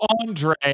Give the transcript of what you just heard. andre